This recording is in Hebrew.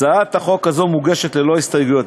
הצעת חוק זו מוגשת ללא הסתייגות.